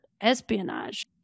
espionage